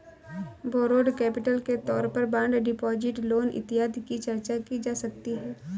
borrowed capital के तौर पर बॉन्ड डिपॉजिट लोन इत्यादि की चर्चा की जा सकती है